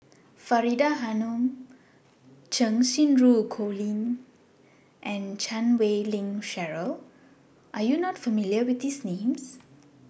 Faridah Hanum Cheng Xinru Colin and Chan Wei Ling Cheryl Are YOU not familiar with These Names